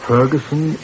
Ferguson